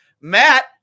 Matt